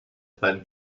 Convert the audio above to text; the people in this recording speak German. beim